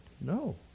no